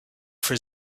for